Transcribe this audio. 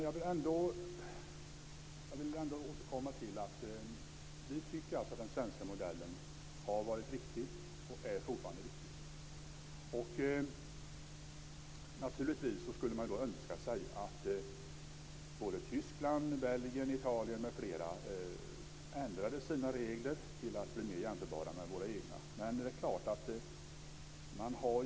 Jag vill ändå återkomma till att vi tycker att den svenska modellen har varit riktig och fortfarande är riktig. Naturligtvis skulle man önska sig att Tyskland, Belgien, Italien m.fl. ändrade sina regler till att bli mer jämförbara med våra egna.